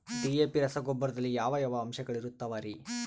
DAP ರಸಗೊಬ್ಬರದಲ್ಲಿ ಯಾವ ಯಾವ ಅಂಶಗಳಿರುತ್ತವರಿ?